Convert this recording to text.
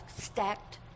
stacked